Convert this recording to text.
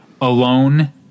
alone